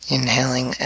Inhaling